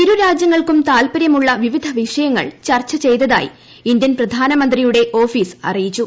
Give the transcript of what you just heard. ഇരുരാജ്യങ്ങൾക്കും താത്പര്യമുള്ള വിവിധ വിഷയങ്ങൾ ചർച്ച ചെയ്തതായി ഇന്ത്യൻ പ്രധാനമന്ത്രിയുടെ ഓഫീസ് അറിയിച്ചു